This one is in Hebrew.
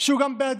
שהוא גם בעדי,